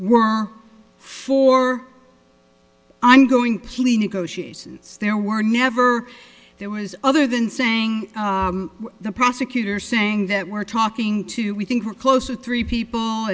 were for i'm going plea negotiations there were never there was other than saying the prosecutor saying that we're talking to we think we're closer to three people